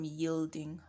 yielding